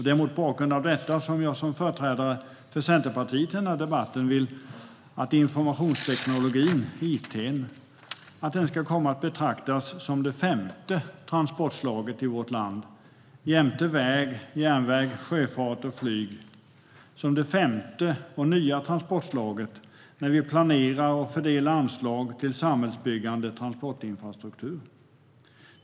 Det är mot bakgrund av detta jag som företrädare för Centerpartiet i debatten vill att informationsteknik, it, ska komma att betraktas som det femte och nya transportslaget i vårt land jämte väg, järnväg, sjöfart och flyg när vi planerar och fördelar anslag till samhällsbyggande transportinfrastruktur.